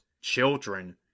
children